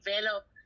develop